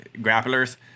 grapplers